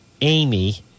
Amy